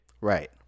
Right